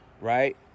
right